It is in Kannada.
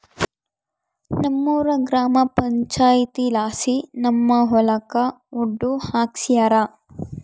ನಮ್ಮೂರ ಗ್ರಾಮ ಪಂಚಾಯಿತಿಲಾಸಿ ನಮ್ಮ ಹೊಲಕ ಒಡ್ಡು ಹಾಕ್ಸ್ಯಾರ